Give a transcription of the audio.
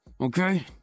Okay